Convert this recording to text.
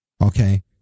Okay